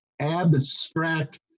abstract